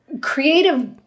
creative